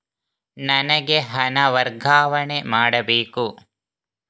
ನನಗೆ ಹಣ ವರ್ಗಾವಣೆ ಮಾಡಬೇಕು